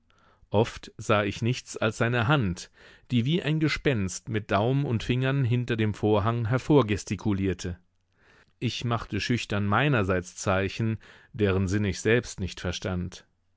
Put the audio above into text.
oft sah ich nichts als seine hand die wie ein gespenst mit daumen und fingern hinter dem vorhang hervorgestikulierte ich machte schüchtern meinerseits zeichen deren sinn ich selbst nicht verstand